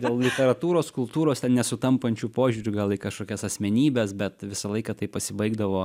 dėl literatūros kultūros ten nesutampančių požiūrių gal į kažkokias asmenybes bet visą laiką tai pasibaigdavo